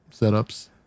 setups